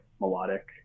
melodic